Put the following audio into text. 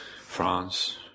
France